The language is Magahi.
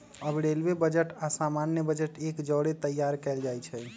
अब रेलवे बजट आऽ सामान्य बजट एक जौरे तइयार कएल जाइ छइ